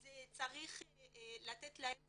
אז צריך לתת להם